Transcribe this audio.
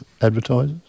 advertisers